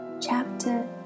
Chapter